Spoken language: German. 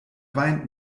weint